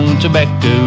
tobacco